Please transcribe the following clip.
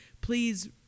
please